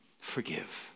Forgive